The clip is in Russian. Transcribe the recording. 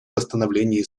восстановлении